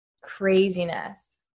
craziness